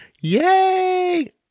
Yay